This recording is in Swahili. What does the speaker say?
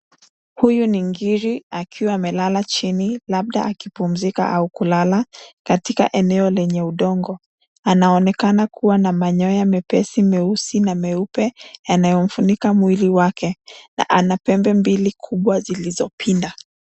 Kuyu ni ngiri, akiwa amelala chini, labda akipumzika au kulala katika eneo lenye udongo. Anaonekana kuwa na manyoya mepesi meusi na meupe, yanayomfunika mwili wake, na ana pembe mbili kubwa zilizopinda.